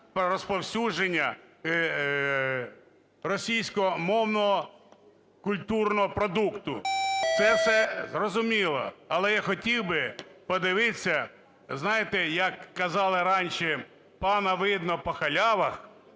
розповсюдження російськомовного культурного продукту. Це все зрозуміло. Але я хотів би подивитися, знаєте, як казали раніше: пана видно по халявах,